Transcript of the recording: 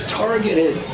targeted